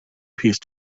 peace